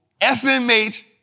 SMH